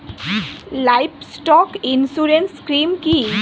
Livestock insurance scheme কি?